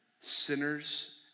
sinners